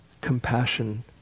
compassion